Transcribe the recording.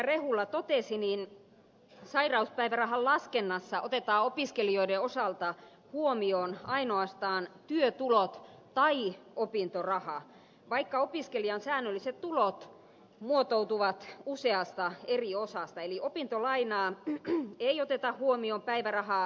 rehula totesi sairauspäivärahan laskennassa otetaan opiskelijoiden osalta huomioon ainoastaan työtulot tai opintoraha vaikka opiskelijan säännölliset tulot muotoutuvat useasta eri osasta eli opintolainaa ei oteta huomioon päivärahaa laskettaessa